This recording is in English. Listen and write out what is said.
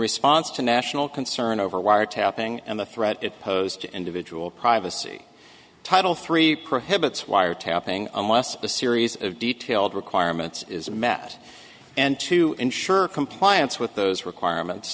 response to national concern over wiretapping and the threat it posed to individual privacy title three prohibits wiretapping unless a series of detailed requirements is met and to ensure compliance with those requirements